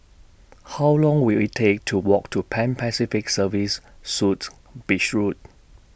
How Long Will IT Take to Walk to Pan Pacific Serviced Suites Beach Road